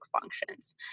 functions